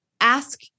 ask